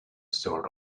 sort